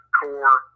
core